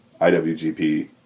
IWGP